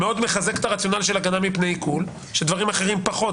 זה מאוד מחזק את הרציונל של הגנה מפני עיקול שדברים אחרים פחות,